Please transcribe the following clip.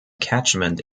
catchment